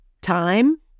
time